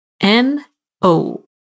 N-O